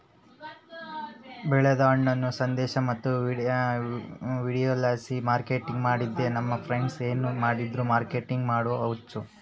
ಬೆಳೆದ ಹಣ್ಣನ್ನ ಸಂದೇಶ ಮತ್ತು ವಿಡಿಯೋಲಾಸಿ ಮಾರ್ಕೆಟಿಂಗ್ ಮಾಡ್ತಿದ್ದೆ ನನ್ ಫ್ರೆಂಡ್ಸ ಏನ್ ಮಾಡಿದ್ರು ಮಾರ್ಕೆಟಿಂಗ್ ಮಾಡೋ ಹುಚ್ಚು